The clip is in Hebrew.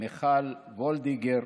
מיכל וולדיגר